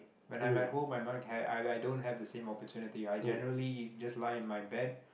when I'm at home I'm not care I i don't have the same opportunity I generally just lie in my bed